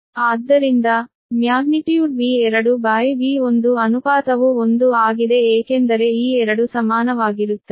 ಆದ್ದರಿಂದ magnitude V 2V 1 ಅನುಪಾತವು 1 ಆಗಿದೆ ಏಕೆಂದರೆ ಈ 2 ಸಮಾನವಾಗಿರುತ್ತದೆ